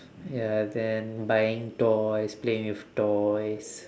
ya then buying toys playing with toys